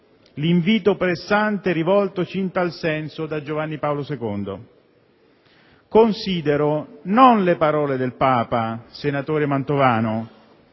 all'invito pressante rivoltoci in tal senso, da Giovanni Paolo II. Considero, non le parole del Papa, senatore Mantovano